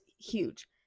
huge